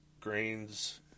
grains